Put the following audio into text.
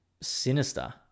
Sinister